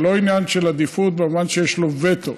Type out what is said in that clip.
זה לא עניין של עדיפות במובן שיש לו וטו.